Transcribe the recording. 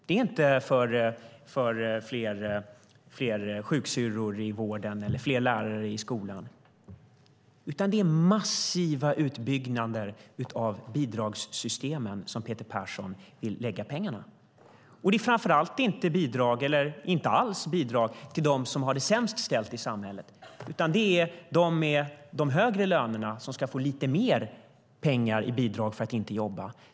Det är inte för att vi ska få fler sjuksköterskor i vården eller fler lärare i skolan, utan Peter Persson vill lägga pengarna på massiva utbyggnader av bidragssystemen. Det handlar inte om bidrag till dem som har det sämst ställt i samhället utan till dem med de högre lönerna. De ska få lite mer pengar i form av bidrag för att inte jobba.